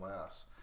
less